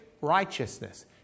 righteousness